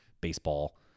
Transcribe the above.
baseball